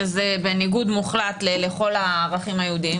שזה בניגוד מוחלט לכל הערכים היהודיים